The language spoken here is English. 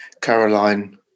Caroline